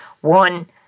One